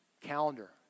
calendar